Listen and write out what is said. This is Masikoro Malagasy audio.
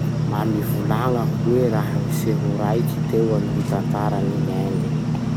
Mba mivolagna hoe raha-niseho raiky teo amy gny tantaran'i gn'Inde?